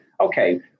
okay